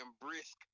brisk